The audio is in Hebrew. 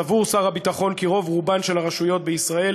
סבור שר הביטחון כי רוב-רובן של הרשויות בישראל